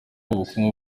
ubukungu